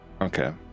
Okay